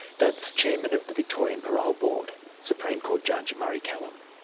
that's chairman of the victorian parole board, supreme court judge murray kellam.